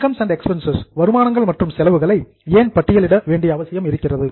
incomes and expenses வருமானங்கள் மற்றும் செலவுகளை ஏன் பட்டியலிட வேண்டிய அவசியம் இருக்கிறது